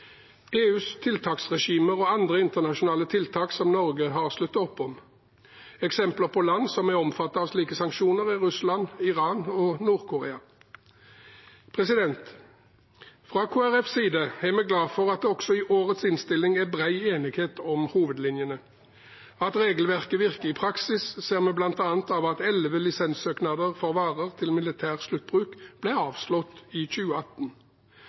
EUs tiltaksregimer og andre internasjonale tiltak som Norge har sluttet opp om. Eksempler på land som er omfattet av slike sanksjoner, er Russland, Iran og Nord-Korea. Fra Kristelig Folkepartis side er vi glad for at det også i årets innstilling er bred enighet om hovedlinjene. At regelverket virker i praksis, ser vi bl.a. av at 11 lisenssøknader for varer til militær sluttbruk ble avslått i 2018.